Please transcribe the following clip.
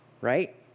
right